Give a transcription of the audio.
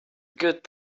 good